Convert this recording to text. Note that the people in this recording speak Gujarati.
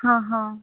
હા હા